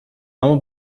اما